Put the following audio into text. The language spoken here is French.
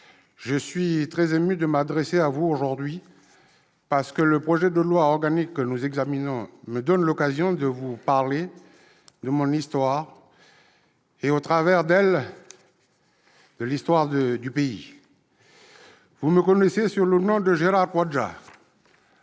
je suis très ému de m'adresser à vous aujourd'hui, parce que le projet de loi organique que nous examinons me donne l'occasion de vous parler de mon histoire et, au travers d'elle, de l'histoire du pays. Vous me connaissez sous le nom de Gérard Poadja.